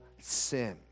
sin